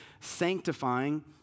sanctifying